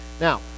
Now